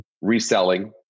reselling